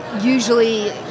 usually